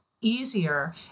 easier